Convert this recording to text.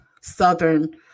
Southern